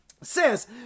says